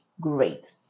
great